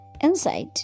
inside